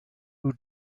who